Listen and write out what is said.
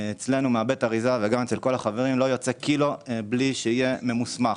אצלנו מבית האריזה שלנו וגם אצל החברים לא יוצא קילו בלי שיהיה ממוסמך.